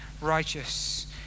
righteous